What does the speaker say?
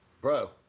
Bro